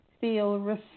feel